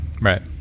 right